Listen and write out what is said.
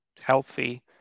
healthy